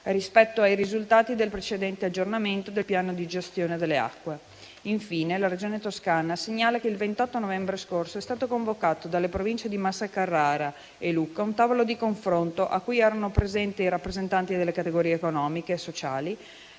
rispetto ai risultati del precedente aggiornamento del piano di gestione delle acque. Infine, la Regione Toscana segnale che il 28 novembre scorso è stato convocato dalle Province di Massa Carrara e Lucca un tavolo di confronto, a cui erano presenti i rappresentanti delle categorie economiche sociali